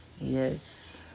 Yes